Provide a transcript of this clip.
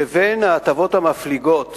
לבין ההטבות המפליגות